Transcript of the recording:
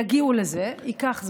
יגיעו לזה, ייקח זמן.